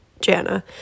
Jana